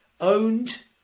owned